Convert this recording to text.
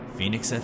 Phoenix